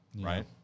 right